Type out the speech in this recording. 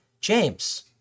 James